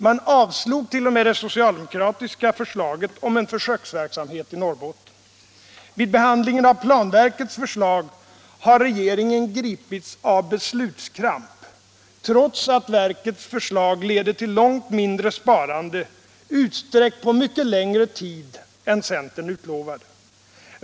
Man avslog t.o.m. det socialdemokratiska förslaget om en försöksverksamhet i Norrbotten. Vid behandlingen av planverkets förslag har regeringen gripits av beslutskramp, trots att verkets förslag leder till långt mindre sparande utsträckt på mycket längre tid än centern utlovade.